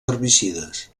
herbicides